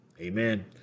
amen